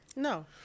No